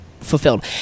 fulfilled